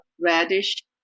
radish